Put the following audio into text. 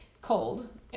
Cold